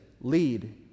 lead